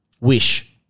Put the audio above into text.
wish